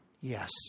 Yes